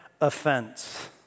offense